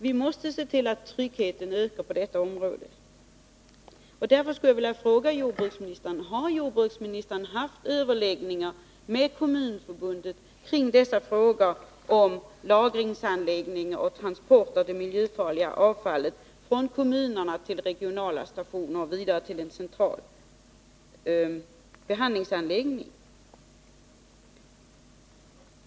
Vi måste se till att tryggheten på detta område ökar. Därför skulle jag vilja fråga jordbruksministern: Har jordbruksministern haft överläggningar med Kommunförbundet i frågorna om lagring av det miljöfarliga avfallet och transport från kommunerna till regionala stationer och vidare till en central behandlingsanläggning?